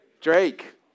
Drake